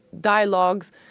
dialogues